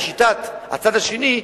לשיטת הצד השני,